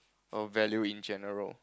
or value in general